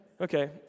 Okay